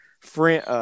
friend